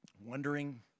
wondering